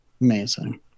Amazing